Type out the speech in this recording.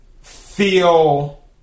feel